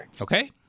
Okay